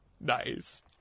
Nice